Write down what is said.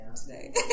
today